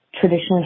traditionally